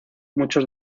muchos